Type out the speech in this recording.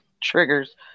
triggers